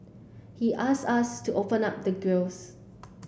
he us us to open up the grilles